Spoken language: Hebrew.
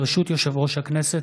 ברשות יושב-ראש הכנסת,